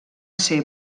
ser